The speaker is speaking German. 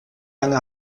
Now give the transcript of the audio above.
lange